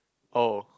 oh